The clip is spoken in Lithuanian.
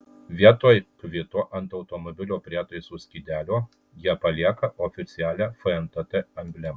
vietoj kvito ant automobilio prietaisų skydelio jie palieka oficialią fntt emblemą